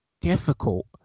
difficult